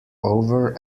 over